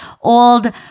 old